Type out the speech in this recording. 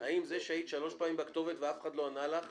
האם זה שהיית שלוש פעמים בכתובת ואף אחד לא ענה לך,